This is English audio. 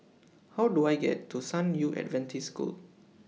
How Do I get to San Yu Adventist School